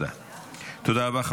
תודה רבה.